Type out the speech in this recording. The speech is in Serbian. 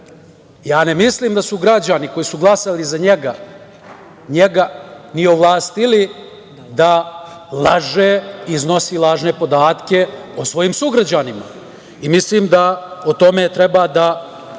mislim da su građani koji su glasali za njega, njega ni ovlastili da laže, iznosi lažne podatke o svojim sugrađanima. Mislim da o tome treba da